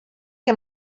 que